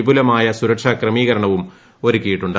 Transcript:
വിപുലമായ സുരക്ഷാ ക്രമീകരണവും ഒരുക്കിയിട്ടുണ്ട്